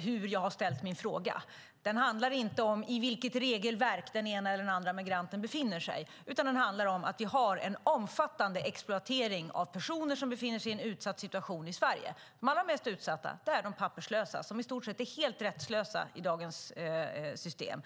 hur jag har ställt min fråga. Den handlar inte om i vilket regelverk som den ena eller den andra migranten befinner sig i, utan den handlar om att vi har en omfattande exploatering av personer som befinner sig i en utsatt situation i Sverige. De allra mest utsatta är de papperslösa som i stort sett är helt rättslösa i dagens system.